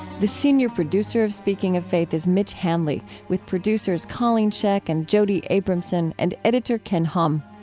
the senior producer of speaking of faith is mitch hanley, with producers colleen scheck and jody abramson and editor ken hom.